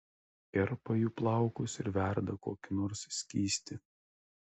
kerpa jų plaukus ir verda kokį nors skystį